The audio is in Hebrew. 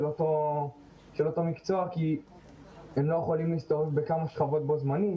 אותו מקצוע כי הם לא יכולים להסתובב בכמה שכבות בו זמנית,